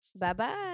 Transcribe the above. Bye-bye